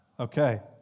Okay